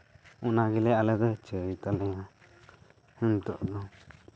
ᱚᱱᱟ ᱜᱮᱞᱮ ᱟᱞᱮ ᱫᱚ ᱪᱟᱹᱭ ᱠᱟᱱᱟ ᱱᱤᱛᱚᱜ ᱫᱚ